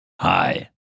Hi